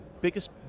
biggest